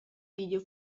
video